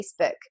Facebook